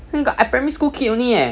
think I got primary school kid only eh